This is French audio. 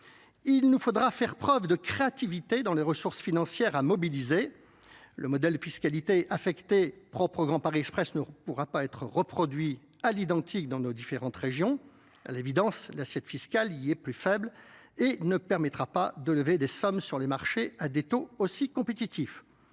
Il nous faudra faire preuve de créativité dans les ressources financières à mobiliser le modèle de fiscalité affecté propre au grand Paris Express ne pourra pas être reproduit à l'identique dans noss différentes régions, à l'évidence l'assiette fiscale Yy est plus faible et nee permettra pas de lever des sommes sur les marchés à des taux aussi compétitifs